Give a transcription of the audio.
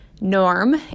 norm